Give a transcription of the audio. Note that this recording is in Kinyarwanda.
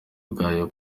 bwayo